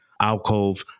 alcove